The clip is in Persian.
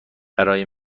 برای